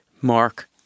Mark